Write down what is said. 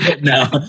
No